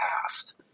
past